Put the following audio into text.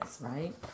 right